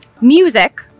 music